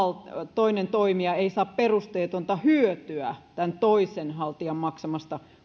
toinen toimija ei saa perusteetonta hyötyä tämän toisen haltijan maksamista